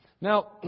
Now